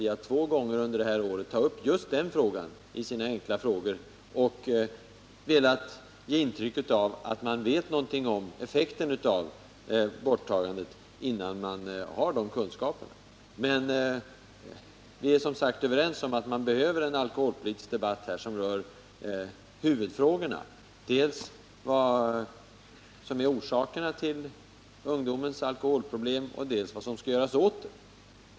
Han har två gånger under detta år tagit upp den här frågan i frågedebatter här i kammaren och han har därvid Nr 44 försökt göra gällande att vi skulle kunna uttala oss om effekterna av mellanölsförbudet, trots att vi ännu inte har några kunskaper om dessa. Vi är som sagt överens om att vi behöver en alkoholpolitisk debatt som tar upp huvudfrågorna: dels vilka orsakerna är till ungdomens alkoholproblem, dels vad som skall göras åt dem.